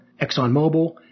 ExxonMobil